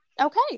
Okay